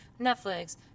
Netflix